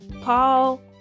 Paul